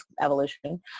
evolution